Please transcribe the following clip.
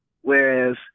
whereas